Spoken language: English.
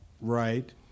right